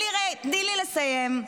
תני לי לסיים.